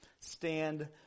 stand